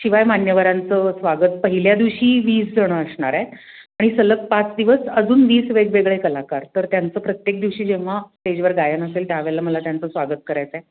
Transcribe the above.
शिवाय मान्यवरांचं स्वागत पहिल्या दिवशी वीस जणं असणार आहेत आणि सलग पाच दिवस अजून वीस वेगवेगळे कलाकार तर त्यांचं प्रत्येक दिवशी जेव्हा स्टेजवर गायन असेल त्यावेळेला मला त्यांचं स्वागत करायचं आहे